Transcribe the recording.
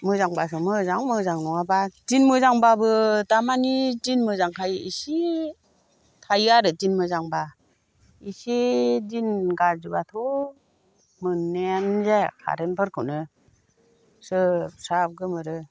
मोजांब्लासो मोजां मोजां नङाब्ला दिन मोजांब्लाबो दामानि दिन मोजांखाय इसे थायो आरो दिन मोजांब्ला इसे दिन गाज्रिब्लाथ' मोननायानो जाया कारेन्टफोरखौनो स्रोब स्राब गोमोरो